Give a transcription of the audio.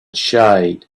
shade